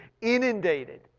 inundated